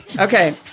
Okay